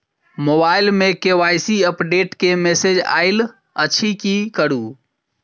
Mobile मे KYC update केँ message आइल अछि की करू?